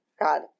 God